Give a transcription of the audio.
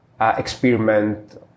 experiment